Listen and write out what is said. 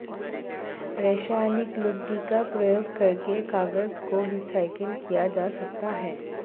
रासायनिक लुगदी का प्रयोग करके कागज को रीसाइकल किया जा सकता है